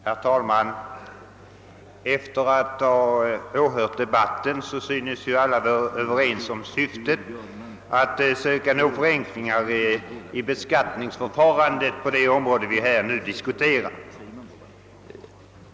Herr talman! Efter att ha åhört debatten finner jag att alla synes vara överens om syftet, nämligen att söka nå förenklingar i beskattningsförfarandet på det område vi nu diskuterar.